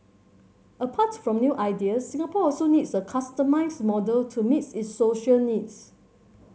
apart from new ideas Singapore also needs a customised model to meet its social needs